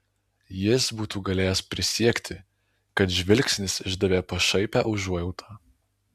jis būtų galėjęs prisiekti kad žvilgsnis išdavė pašaipią užuojautą